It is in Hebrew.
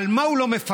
על מה הוא לא מפצה?